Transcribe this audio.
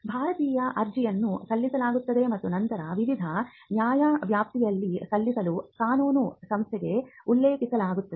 ಭಾರತೀಯ ಅರ್ಜಿಯನ್ನು ಸಲ್ಲಿಸಲಾಗುತ್ತದೆ ಮತ್ತು ನಂತರ ವಿವಿಧ ನ್ಯಾಯವ್ಯಾಪ್ತಿಯಲ್ಲಿ ಸಲ್ಲಿಸಲು ಕಾನೂನು ಸಂಸ್ಥೆಗೆ ಉಲ್ಲೇಖಿಸಲಾಗುತ್ತದೆ